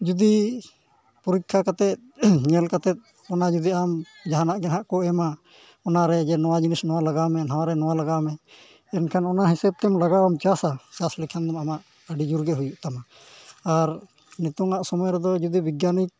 ᱡᱩᱫᱤ ᱯᱚᱨᱤᱠᱠᱷᱟ ᱠᱟᱛᱮᱫ ᱧᱮᱞ ᱠᱟᱛᱮᱫ ᱚᱱᱟ ᱡᱩᱫᱤ ᱟᱢ ᱡᱟᱦᱟᱱᱟᱜ ᱜᱮ ᱦᱟᱸᱜ ᱠᱚ ᱮᱢᱟ ᱚᱱᱟᱨᱮ ᱡᱮ ᱱᱚᱣᱟ ᱡᱤᱱᱤᱥ ᱚᱱᱟ ᱞᱟᱜᱟᱜᱼᱟ ᱱᱚᱣᱟ ᱨᱮ ᱱᱚᱣᱟ ᱞᱟᱜᱟᱣ ᱢᱮ ᱢᱮᱱᱠᱷᱟᱱ ᱚᱱᱟ ᱦᱤᱥᱟᱹᱵ ᱛᱮᱢ ᱞᱟᱜᱟᱣᱟ ᱪᱟᱥᱟ ᱪᱟᱥ ᱞᱮᱠᱷᱟᱱ ᱫᱚ ᱟᱢᱟᱜ ᱟᱹᱰᱤ ᱡᱳᱨᱜᱮ ᱦᱩᱭᱩᱜ ᱛᱟᱢᱟ ᱟᱨ ᱱᱤᱛᱚᱜᱟᱜ ᱥᱚᱢᱚᱭ ᱨᱮᱫᱚ ᱡᱩᱫᱤ ᱵᱤᱜᱽᱜᱟᱱᱤᱠ